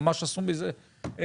ממש עשו מזה צחוק.